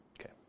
Okay